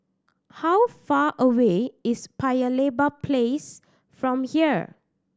how far away is Paya Lebar Place from here